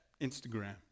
Instagram